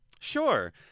Sure